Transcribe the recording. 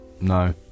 No